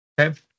Okay